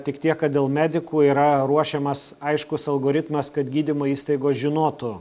tik tiek kad dėl medikų yra ruošiamas aiškus algoritmas kad gydymo įstaigos žinotų